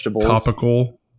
topical